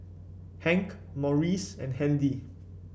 Hank Maurice and Handy